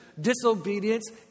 Disobedience